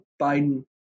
Biden